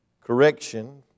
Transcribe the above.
correction